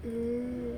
mm